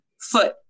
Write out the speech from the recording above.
foot